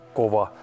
kova